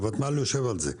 הוותמ"ל יושב על זה,